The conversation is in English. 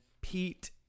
Pete